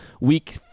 week